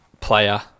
player